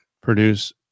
produce